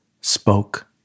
spoke